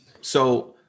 So-